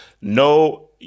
No